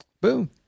boom